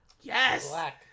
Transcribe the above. Yes